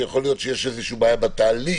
כשיכול להיות שיש איזושהי בעיה בתהליך